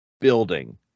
building